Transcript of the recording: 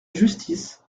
justice